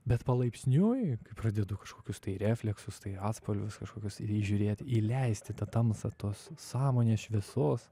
bet palaipsniui pradedu kažkokius tai refleksus tai atspalvius kažkokius ir įžiūrėti įleisti į tą tamsą tos sąmonės šviesos